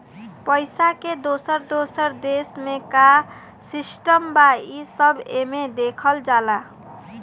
पइसा के दोसर दोसर देश मे का सिस्टम बा, ई सब एमे देखल जाला